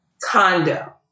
condo